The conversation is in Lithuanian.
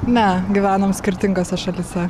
ne gyvenam skirtingose šalyse